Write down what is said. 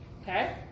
Okay